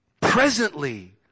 presently